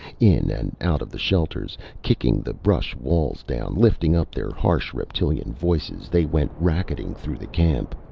in and out of the shelters, kicking the brush walls down, lifting up their harsh reptilian voices, they went racketing through the camp,